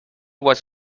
was